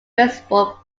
baseball